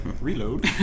reload